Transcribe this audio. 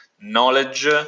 knowledge